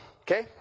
Okay